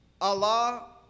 Allah